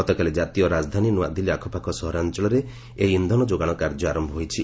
ଗତକାଲି ଜାତୀୟ ରାଜଧାନୀ ନୂଆଦିଲ୍ଲୀ ଆଖପାଖ ସହରାଞ୍ଚଳରେ ଏହି ଇନ୍ଧନ ଯୋଗାଣ କାର୍ଯ୍ୟ ଆରମ୍ଭ ହୋଇଛି